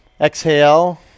exhale